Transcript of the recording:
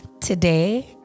Today